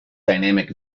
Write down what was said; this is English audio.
dynamic